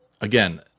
again